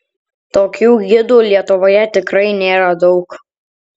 tokių gidų lietuvoje tikrai nėra daug